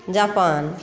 Japan